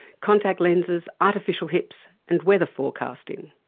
contact lenses, artificial hips and weather forecasting'.